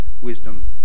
wisdom